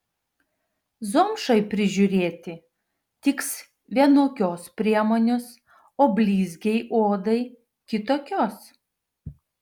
zomšai prižiūrėti tiks vienokios priemonės o blizgiai odai kitokios